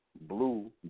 blue